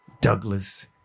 Douglas